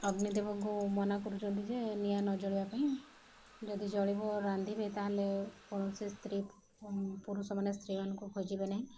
ଅଗ୍ନି ଦେବଙ୍କୁ ମନା କରୁଛନ୍ତି ଯେ ନିଆଁ ନ ଜଳିବା ପାଇଁ ଯଦି ଜଳିବ ରାନ୍ଧିବେ ତାହେଲେ କୌଣସି ସ୍ତ୍ରୀ ପୁରୁଷମାନେ ସ୍ତ୍ରୀମାନଙ୍କୁ ଖୋଜିବେ ନାହିଁ